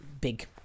big